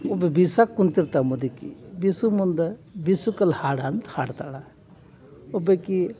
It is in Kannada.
ಒಬ್ಬ ಬೀಸಕ್ಕ ಕುಂತಿರ್ತಾಳೆ ಮುದುಕಿ ಬೀಸುವ ಮುಂದೆ ಬೀಸುವ ಕಲ್ಲು ಹಾಡು ಅಂತ ಹಾಡ್ತಾಳೆ ಒಬ್ಬಾಕಿ